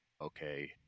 okay